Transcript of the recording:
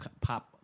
pop